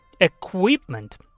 equipment